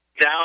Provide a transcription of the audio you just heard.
now